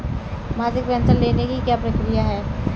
मासिक पेंशन लेने की क्या प्रक्रिया है?